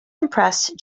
impressed